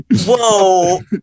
Whoa